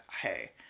Hey